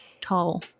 tall